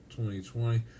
2020